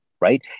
right